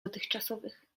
dotychczasowych